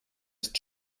ist